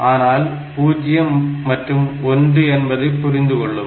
ஆனால் 0 மற்றும் 1 என்பதை புரிந்து கொள்ளும்